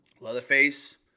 Leatherface